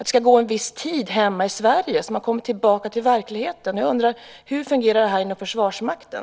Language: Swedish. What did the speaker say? Det ska gå en viss tid hemma i Sverige så att de hinner komma tillbaka till verkligheten. Jag undrar: Hur fungerar det här inom Försvarsmakten?